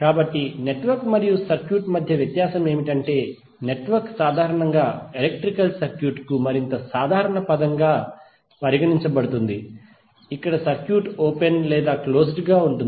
కాబట్టి నెట్వర్క్ మరియు సర్క్యూట్ మధ్య వ్యత్యాసం ఏమిటంటే నెట్వర్క్ సాధారణంగా ఎలక్ట్రికల్ సర్క్యూట్కు మరింత సాధారణ పదంగా పరిగణించబడుతుంది ఇక్కడ సర్క్యూట్ ఓపెన్ లేదా క్లోజ్డ్ గా ఉంటుంది